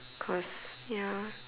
cause ya